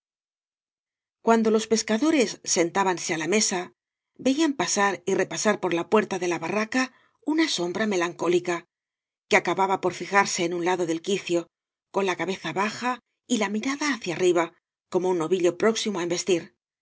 cuando los pescadores mentábanse á la mesa veían pasar y repaoar por la puerta de la barraca una sombra melancólica que acababa por fijarse en un lado del quicio con la cabeza baja y la mirada hacia arriba como un novillo próximo á embestir